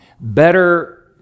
better